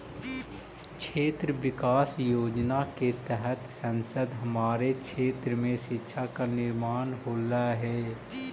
क्षेत्र विकास योजना के तहत संसद हमारे क्षेत्र में शिक्षा का निर्माण होलई